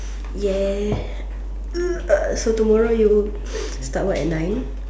yes so tomorrow you start work at nine